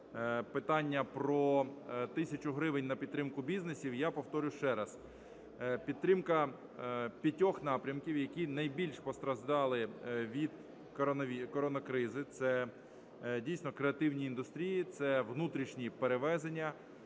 питання про тисячу гривень на підтримку бізнесу. Я повторю ще раз, підтримка п'ятьох напрямків, які найбільш постраждали від коронакризи, це дійсно креативні індустрії, це внутрішні перевезення,